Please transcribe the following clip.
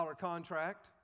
contract